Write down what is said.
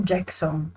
Jackson